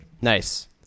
Nice